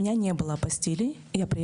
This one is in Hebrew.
בלה, בבקשה.